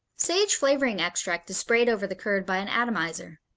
sage flavoring extract is sprayed over the curd by an atomizer.